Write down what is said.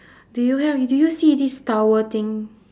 do you have do you see this tower thing